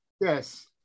Yes